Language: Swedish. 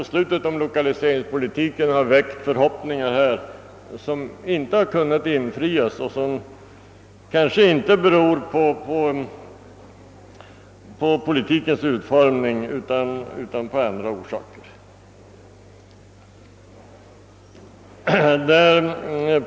Beslutet om lokaliseringspolitiken har väckt förhoppningar som inte har kunnat infrias och som kanske inte beror på politikens utformning utan på andra orsaker.